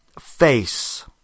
face